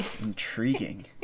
Intriguing